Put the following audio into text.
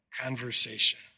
conversation